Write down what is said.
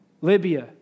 Libya